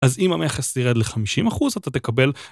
אז אם המכס ירד ל-50% אתה תקבל...